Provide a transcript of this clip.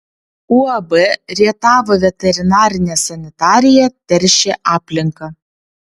uab rietavo veterinarinė sanitarija teršė aplinką